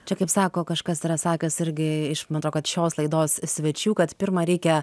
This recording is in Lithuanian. čia kaip sako kažkas yra sakęs irgi man atro kad šios laidos svečių kad pirma reikia